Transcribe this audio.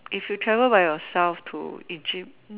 if you travel by yourself to Egypt